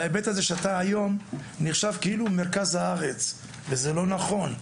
בהיבט הזה שאתה היום נחשב כאילו מרכז הארץ וזה לא נכון,